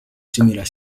similar